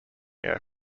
air